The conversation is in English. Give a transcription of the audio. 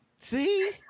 See